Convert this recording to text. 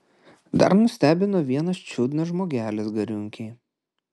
dar nustebino vienas čiudnas žmogelis gariūnkėj